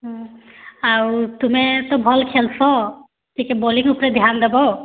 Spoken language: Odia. ହୁଁ ଆଉ ତୁମେ ତ ଭଲ୍ ଖେଲ୍ସ ଟିକେ ବୋଲିଂ ଉପରେ ଧ୍ୟାନ୍ ଦବ